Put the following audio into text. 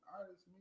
artists